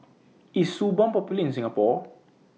IS Suu Balm Popular in Singapore